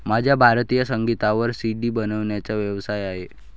माझा भारतीय संगीतावर सी.डी बनवण्याचा व्यवसाय आहे